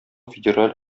федераль